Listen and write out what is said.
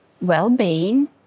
well-being